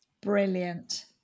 Brilliant